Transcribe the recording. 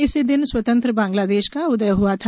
इसी दिन स्वतंत्र बांग्लादेश का उदय हआ था